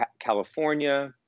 California